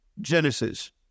Genesis